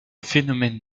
phénomène